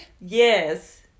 Yes